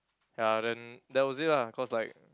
ya then that was it lah cause like